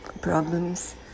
problems